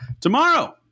Tomorrow